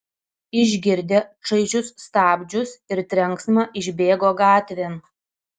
išgirdę čaižius stabdžius ir trenksmą išbėgo gatvėn